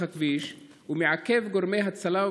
גם חבר הכנסת יצחק פינדרוס וגם חבר הכנסת אוסאמה סעדי.